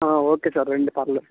ఆ okay sir అండి పర్లేదు